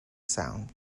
sound